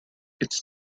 its